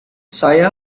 saya